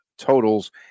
totals